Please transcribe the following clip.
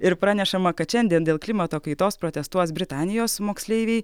ir pranešama kad šiandien dėl klimato kaitos protestuos britanijos moksleiviai